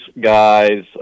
guys